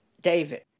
David